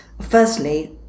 firstly